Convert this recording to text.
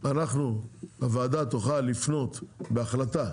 הוועדה תוכל לפנות בהחלטה,